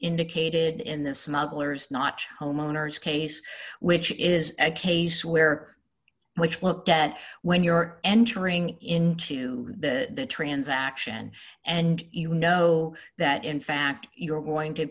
indicated in the smugglers notch homeowners case which is a case where which looked at when you're entering into the transaction and you know that in fact you're going to